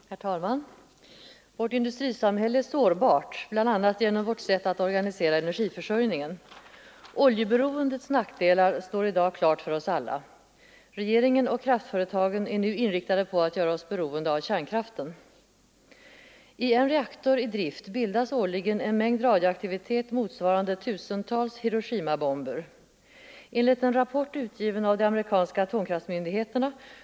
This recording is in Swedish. Herr talman! Vårt industrisamhälle är sårbart bl.a. genom vårt sätt att organisera energiförsörjningen. Oljeberoendets nackdelar är i dag uppenbara för oss alla. Regeringen och kraftföretagen är nu inriktade på att göra oss beroende av kärnkraften. Vi tillhör nu den grupp av länder i världen som är mest beroende av olja utan att ha några egna tillgångar, och regeringen fortsätter att satsa på kärnkraften i en sådan skala att vi om något decennium kommer att vara det land som är mest beroende av kärnkraften i världen. Detta trots att kärnkraftens nackdelar blir alltmer uppenbara och motståndet mot den växer i hela världen. Elva kärnreaktorer planeras vara i drift i början av 1980-talet.